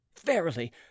verily